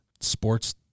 sports